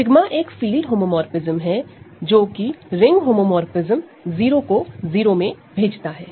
𝜎 एक field homomorphism है जो की रिंग होमोमोरफ़िज्म 0 को 0 में भेजता है